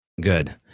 Good